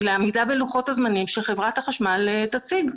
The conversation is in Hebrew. לעמידה בלוחות הזמנים שחברת החשמל תציג.